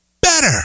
better